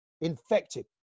infected